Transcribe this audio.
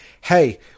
hey